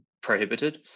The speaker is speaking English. prohibited